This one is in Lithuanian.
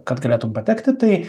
kad galėtum patekti tai